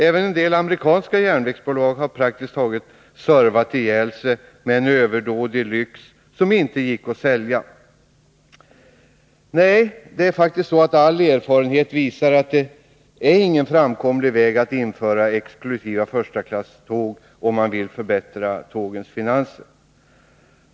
Även en del amerikanska järnvägsbolag har praktiskt taget ”servat ihjäl sig” med en överdådig lyx som inte gick att sälja. Nej, all erfarenhet visar faktiskt att införandet av exklusiva förstaklasståg inte är någon framkomlig väg när man vill förbättra järnvägsbolagens finanser.